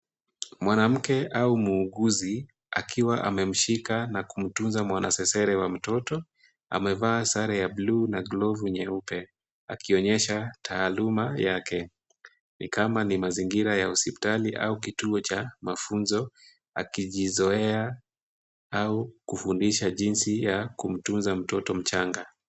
Mwanamke au muuguzi akiwa amemshika na kumtunza mwanasesere wa mtoto, amevaa sare ya bluu na glovu nyeupe. Akionyesha taaluma yake, ni kama ni mazingira ya hospitali au kituo cha mafunzo, akijizoea au kufundisha jinsi ya kumtunza mtoto mchanga.